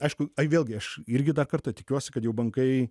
aišku ai vėlgi aš irgi dar kartą tikiuosi kad jau bankai